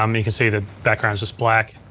um you can see the background is just black.